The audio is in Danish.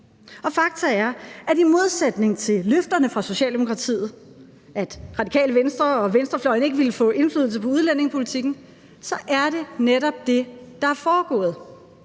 fakta er, at det – i modsætning til løfterne fra Socialdemokratiet om, at Radikale Venstre og venstrefløjen ikke ville få indflydelse på udlændingepolitikken – netop er det, der er foregået.